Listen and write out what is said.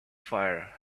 fire